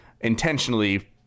intentionally